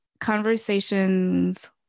conversations